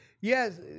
yes